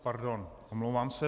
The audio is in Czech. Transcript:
Pardon, omlouvám se.